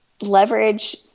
leverage